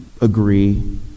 agree